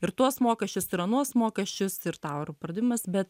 ir tuos mokesčius ir anuos mokesčius ir taurų pradimas bet